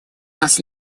нас